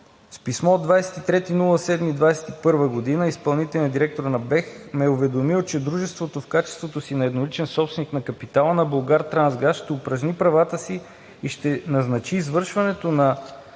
С писмо от 23 юли 2021 г. изпълнителният директор на БЕХ ме е уведомил, че Дружеството в качеството си на едноличен собственик на капитала на „Булгартрансгаз“ ще упражни правата си и ще назначи извършването на